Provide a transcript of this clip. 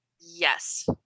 Yes